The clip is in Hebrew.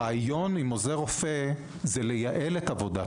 הרעיון עם עוזר רופא זה לייעל את עבודת